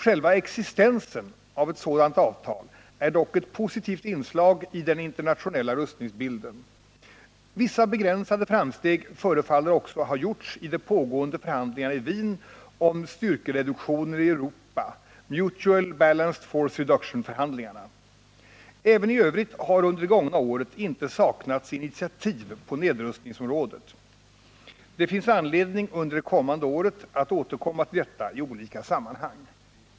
Själva existensen av ett sådant avtal är dock ett positivt inslag i den internationella rustningsbilden. Vissa begränsade framsteg förefaller också ha gjorts i de pågående förhandlingarna i Wien om styrkereduktioner i Europa, Mutual Balanced Force Reductionförhandlingarna. Även i övrigt har under det gångna året inte saknats initiativ på nedrustningsområdet. Det finns anledning att under det kommande året återkomma till detta i olika sammanhang.